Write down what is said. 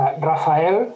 Rafael